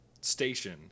station